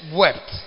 wept